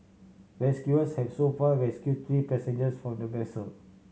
rescuers have so far rescued three passengers from the vessel